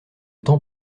temps